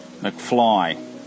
McFly